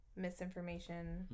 misinformation